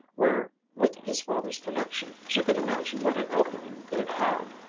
where with his father's connection she could imagine what an opening they'd have!